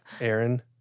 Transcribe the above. Aaron